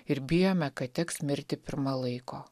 ir bijome kad teks mirti pirma laiko